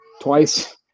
twice